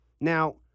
Now